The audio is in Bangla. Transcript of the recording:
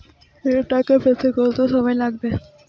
ঋণের টাকা পেতে কত সময় লাগবে?